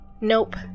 Nope